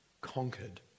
conquered